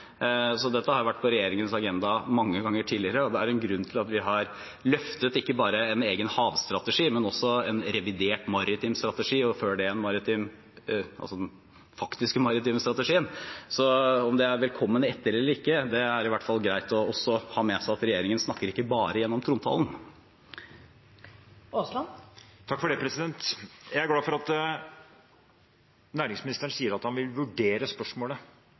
Dette har vært på regjeringens agenda mange ganger tidligere, og det er en grunn til at vi har løftet ikke bare en egen havstrategi, men også en revidert maritim strategi – og før det den faktiske maritime strategien. Så om det er velkommen etter eller ikke: Det er i hvert fall greit å ha med seg at regjeringen ikke bare snakker gjennom trontalen. Terje Aasland – til oppfølgingsspørsmål. Jeg er glad for at næringsministeren sier at han vil vurdere spørsmålet